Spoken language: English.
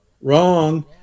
wrong